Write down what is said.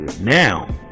now